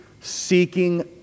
seeking